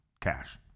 cash